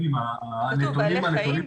כתוב 'בעלי חיים,